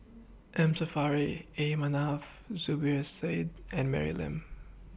M Saffri A Manaf Zubir Said and Mary Lim